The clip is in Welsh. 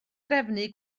drefnu